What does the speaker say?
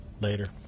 Later